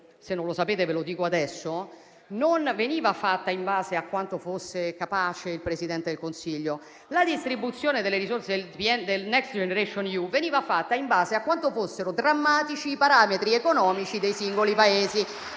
del Next Generation EU non veniva fatta in base a quanto fosse capace il Presidente del Consiglio. La distribuzione delle risorse del Next Generation EU veniva fatta in base a quanto fossero drammatici i parametri economici dei singoli Paesi.